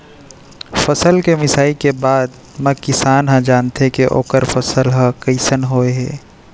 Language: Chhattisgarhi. फसल के मिसाई के बादे म किसान ह जानथे के ओखर फसल ह कइसन होय हे